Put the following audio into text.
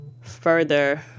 further